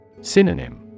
Synonym